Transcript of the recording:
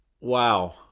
Wow